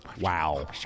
Wow